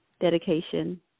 dedication